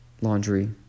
laundry